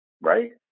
right